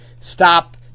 stop